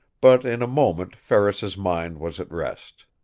but in a moment ferris's mind was at rest.